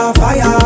fire